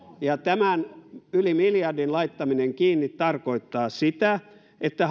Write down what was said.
mukaan tämän yli miljardin laittaminen kiinni tarkoittaa sitä että